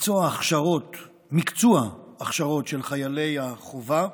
מקצוע הכשרות של חיילי החובה,